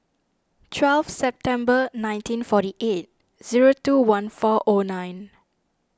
twelve September nineteen forty eight zero two one four O nine